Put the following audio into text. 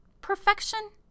perfection